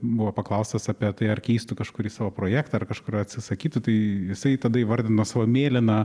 buvo paklaustas apie tai ar keistų kažkurį savo projektą ar kažkur atsisakytų tai jisai tada įvardino savo mėlyną